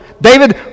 David